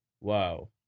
Wow